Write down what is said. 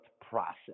process